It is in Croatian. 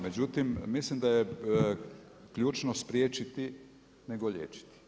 Međutim, milim da je ključno spriječiti nego liječiti.